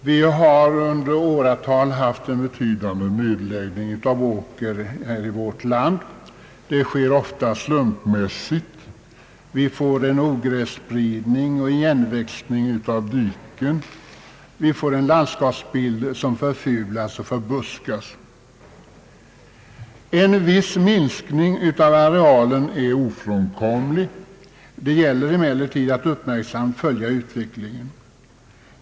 Herr talman! Vi har i åratal haft en betydande nedläggning av åker här i vårt land. Det sker ofta slumpmässigt och vi får ogrässpridning, igenväxta diken och en landskapsbild som förfulas och förbuskas. En viss minskning av arealen är ofrånkomlig. Det gäller emellertid att uppmärksamt följa utvecklingen.